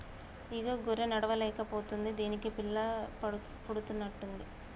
ఈ గొర్రె నడవలేక పోతుంది దీనికి పిల్ల పుడుతున్నట్టు ఉంది